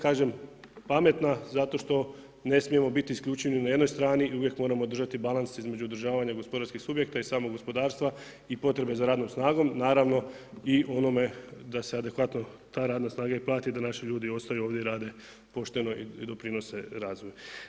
Kažem pametna zato što ne smijemo biti isključeni ni na jednoj strani i uvijek moramo držati balans između održavanja gospodarskih subjekata i samog gospodarstva i potrebe za radnom snagom naravno i onome da se adekvatno ta radna snaga i plati, da naši ljudi ostaju ovdje i rade pošteno i doprinose razvoju.